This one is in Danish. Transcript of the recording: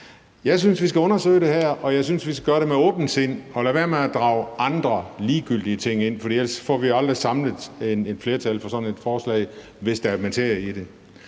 Jeg synes, vi skal undersøge det her, og jeg synes, vi skal gøre det med åbent sind og lade være med at drage andre ligegyldige ting ind i det. Ellers får vi aldrig samlet et flertal for sådan et forslag, hvis der er materie i det.